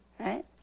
Right